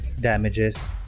damages